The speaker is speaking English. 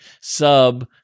Sub